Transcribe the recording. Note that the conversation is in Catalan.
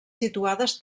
situades